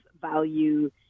value